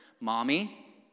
Mommy